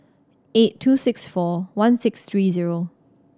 eight two six four one six three zero